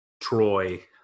Troy